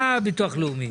מה ביטוח לאומי.